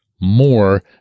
more